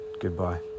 Goodbye